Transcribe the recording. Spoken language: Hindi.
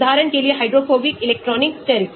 उदाहरण के लिए हाइड्रोफोबिक इलेक्ट्रॉनिक स्टेरिक